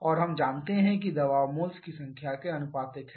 और हम जानते हैं कि दबाव मोल्स की संख्या के लिए आनुपातिक है